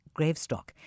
Gravestock